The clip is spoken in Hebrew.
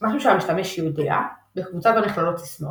משהו שהמשתמש יודע – בקבוצה זו נכללות סיסמאות.